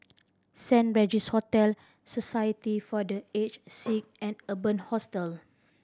Saint Regis Hotel Society for The Aged Sick and Urban Hostel